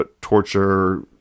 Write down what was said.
torture